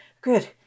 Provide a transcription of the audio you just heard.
Good